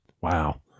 Wow